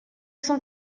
cent